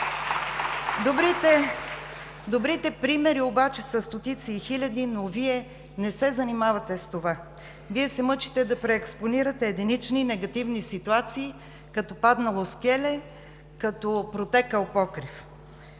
Добрите примери обаче са стотици и хиляди, но Вие не се занимавате с това. Вие се мъчите да преекспонирате единични, негативни ситуации като паднало скеле, протекъл покрив.